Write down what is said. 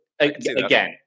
again